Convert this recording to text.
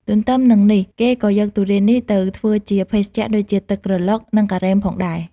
ទន្ទឹមនឹងនេះគេក៏យកទុរេននេះទៅធ្វើជា ភេសជ្ជៈដូចជាទឹកក្រឡុក និងការ៉េមផងដែរ។